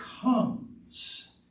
comes